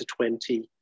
20